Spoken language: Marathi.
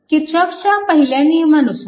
किरचॉफच्या पहिल्या नियमानुसार